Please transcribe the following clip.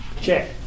Check